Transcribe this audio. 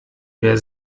wer